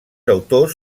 autors